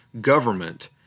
government